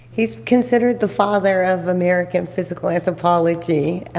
he's considered the father of american physical anthropology,